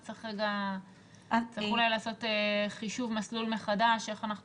אז צריך אולי לעשות חישוב מסלול מחדש איך אנחנו